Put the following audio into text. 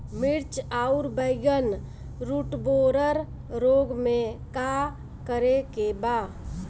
मिर्च आउर बैगन रुटबोरर रोग में का करे के बा?